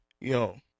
yo